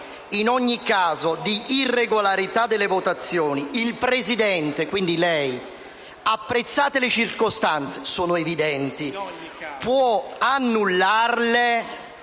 «In ogni caso di irregolarità delle votazioni, il Presidente,» - quindi lei - «apprezzate le circostanze,» - che sono evidenti - «può annullarle